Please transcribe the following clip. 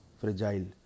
fragile